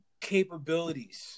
capabilities